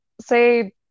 say